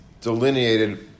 delineated